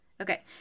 Okay